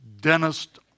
dentist